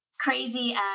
crazy